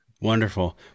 Wonderful